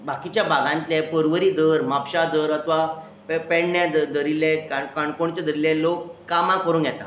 बाकीच्या भागांतले परवरी धर म्हापशा धर अथवा पेडण्या धरिल्लें काणकोणचे धरलें लोक कामां करूंक येता